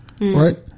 right